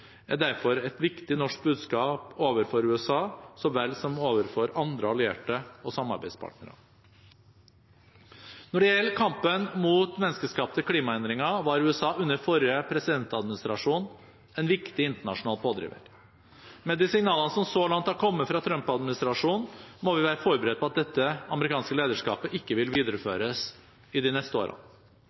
er derfor et viktig norsk budskap overfor USA så vel som overfor andre allierte og samarbeidspartnere. Når det gjelder kampen mot menneskeskapte klimaendringer, var USA under forrige presidentadministrasjon en viktig internasjonal pådriver. Med de signalene som så langt har kommet fra Trump-administrasjonen, må vi være forberedt på at dette amerikanske lederskapet ikke vil videreføres i de neste